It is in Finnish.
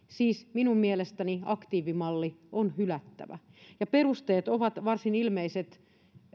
siis minun mielestäni aktiivimalli on hylättävä perusteet ovat varsin ilmeiset